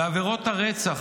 בעבירות הרצח,